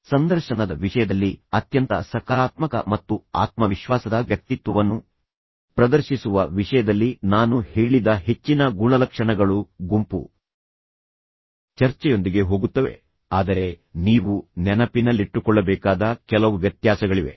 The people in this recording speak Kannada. ಸಂದರ್ಶನದ ವಿಷಯದಲ್ಲಿ ಅತ್ಯಂತ ಸಕಾರಾತ್ಮಕ ಮತ್ತು ಆತ್ಮವಿಶ್ವಾಸದ ವ್ಯಕ್ತಿತ್ವವನ್ನು ಪ್ರದರ್ಶಿಸುವ ವಿಷಯದಲ್ಲಿ ನಾನು ಹೇಳಿದ ಹೆಚ್ಚಿನ ಗುಣಲಕ್ಷಣಗಳು ಗುಂಪು ಚರ್ಚೆಯೊಂದಿಗೆ ಹೋಗುತ್ತವೆ ಆದರೆ ನೀವು ನೆನಪಿನಲ್ಲಿಟ್ಟುಕೊಳ್ಳಬೇಕಾದ ಕೆಲವು ವ್ಯತ್ಯಾಸಗಳಿವೆ